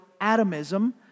atomism